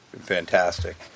fantastic